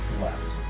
Left